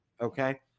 okay